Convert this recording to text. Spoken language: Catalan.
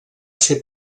ser